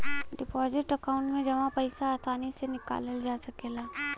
deposit account में जमा पइसा आसानी से निकालल जा सकला